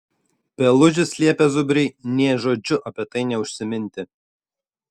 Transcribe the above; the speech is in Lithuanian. pelužis liepė zubriui nė žodžiu apie tai neužsiminti